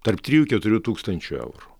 tarp trijų keturių tūkstančių eurų